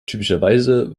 typischerweise